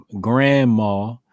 grandma